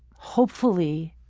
hopefully,